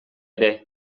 ere